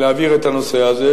אציע להעביר את הנושא הזה,